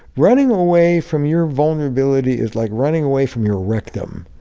running away from your vulnerability is like running away from your rectum.